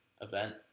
event